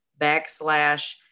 backslash